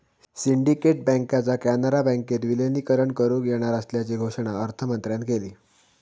syndicate बँकेचा कॅनरा बँकेत विलीनीकरण करुक येणार असल्याची घोषणा अर्थमंत्र्यांन केली